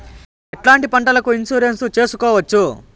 ఎట్లాంటి పంటలకు ఇన్సూరెన్సు చేసుకోవచ్చు?